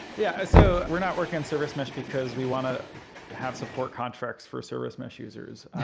yeah so we're not working on service mesh because we want to have support contracts for service mesh users.